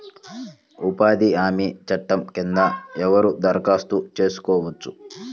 ఉపాధి హామీ చట్టం కింద ఎవరు దరఖాస్తు చేసుకోవచ్చు?